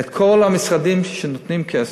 את כל המשרדים שנותנים כסף,